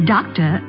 Doctor